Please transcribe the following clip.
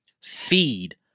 feed